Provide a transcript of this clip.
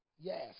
Yes